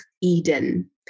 Eden